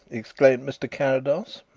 exclaimed mr. carrados,